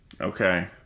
Okay